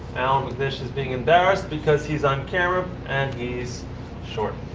allan mcnish is being embarrassed because he's on camera and he's short.